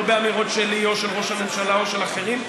לא באמירות שלי או של ראש הממשלה או של אחרים,